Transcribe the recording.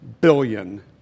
billion